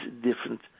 different